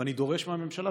ואני דורש מהממשלה,